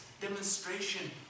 demonstration